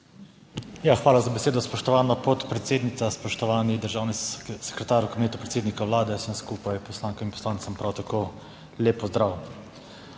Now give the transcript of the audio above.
hvala za besedo, spoštovana podpredsednica. Spoštovani državni sekretar v Kabinetu predsednika Vlade, vsem skupaj poslankam in poslancem prav tako lep pozdrav!